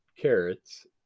carrots